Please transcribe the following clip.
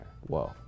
Whoa